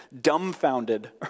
dumbfounded